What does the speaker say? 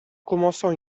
commençant